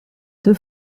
deux